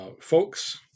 folks